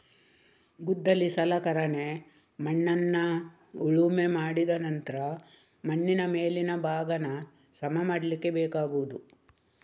ಗುದ್ದಲಿ ಸಲಕರಣೆ ಮಣ್ಣನ್ನ ಉಳುಮೆ ಮಾಡಿದ ನಂತ್ರ ಮಣ್ಣಿನ ಮೇಲಿನ ಭಾಗಾನ ಸಮ ಮಾಡ್ಲಿಕ್ಕೆ ಬೇಕಾಗುದು